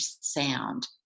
sound